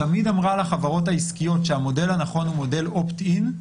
תמיד אמרה לחברות העסקיות שהמודל הנכון הוא מודל "אופט-אין",